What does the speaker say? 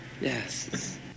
yes